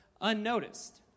unnoticed